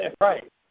Right